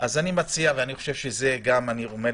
אני מציע, מניסיון